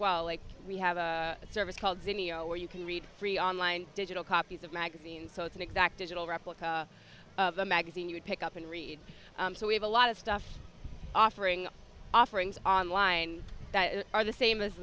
well like we have a service called xenia where you can read free online digital copies of magazines so it's an exact digital replica of the magazine you pick up and read so we have a lot of stuff offering offerings online that are the same as